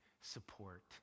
support